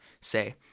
say